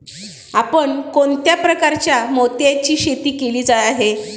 आपण कोणत्या प्रकारच्या मोत्यांची शेती केली आहे?